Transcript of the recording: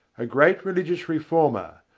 a great religious reformer,